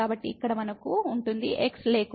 కాబట్టి ఇక్కడ మనకు 2 లేకుండా x ఉంటుంది